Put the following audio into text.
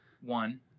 one